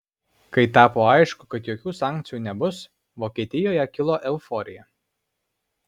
kai tapo aišku kad jokių sankcijų nebus vokietijoje kilo euforija